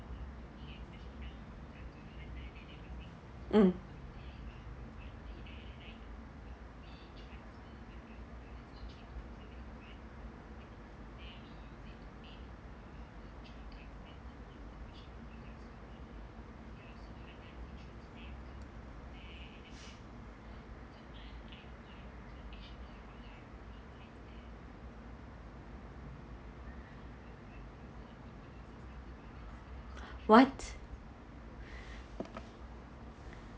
mm what